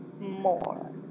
more